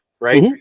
right